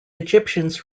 egyptians